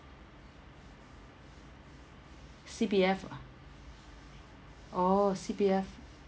C_P_F ah oh C_P_F